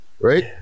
Right